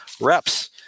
reps